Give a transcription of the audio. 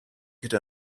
could